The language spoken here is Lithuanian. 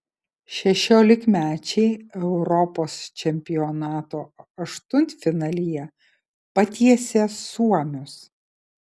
šešiolikmečiai europos čempionato aštuntfinalyje patiesė suomius